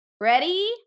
Ready